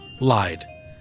lied